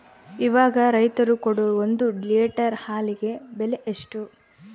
ಇವಾಗ ರೈತರು ಕೊಡೊ ಒಂದು ಲೇಟರ್ ಹಾಲಿಗೆ ಬೆಲೆ ಎಷ್ಟು?